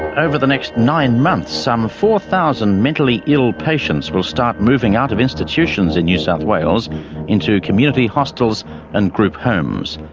over the next nine months some four thousand mentally ill patients will start moving out of institutions in new south wales into community hostels and group homes.